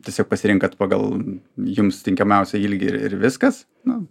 tiesiog pasirenkat pagal jums tinkamiausią ilgį ir ir viskas nu